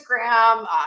Instagram